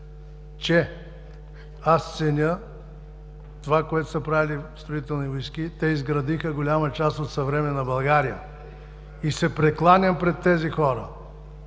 че аз ценя това, което са правили Строителни войски, те изградиха голяма част от съвременна България и се прекланям пред тези хора.